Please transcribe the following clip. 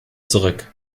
zurück